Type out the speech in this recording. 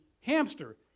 hamster